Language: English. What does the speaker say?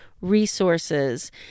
resources